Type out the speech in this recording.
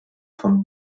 vom